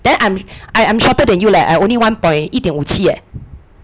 then I'm I am shorter than you leh I only one point 一点五七 eh